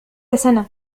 سنة